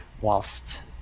Whilst